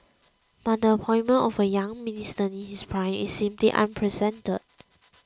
but the appointment of a young Minister in his prime is simply unprecedented